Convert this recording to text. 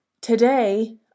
Today